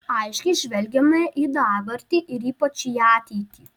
aiškiai žvelgiame į dabartį ir ypač į ateitį